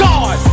God